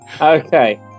Okay